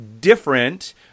Different